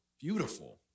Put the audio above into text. beautiful